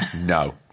no